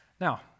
Now